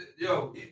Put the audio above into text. yo